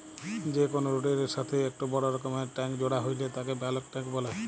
যে কোনো রোডের এর সাথেই একটো বড় রকমকার ট্যাংক জোড়া হইলে তাকে বালক ট্যাঁক বলে